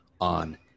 on